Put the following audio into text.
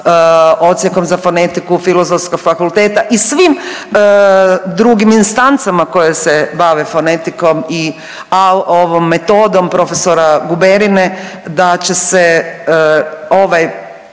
odsjekom za fonetiku Filozofskog fakulteta i svim drugim instancama koje se bave fonetikom i ovom metodom profesora Guberine da će se ovaj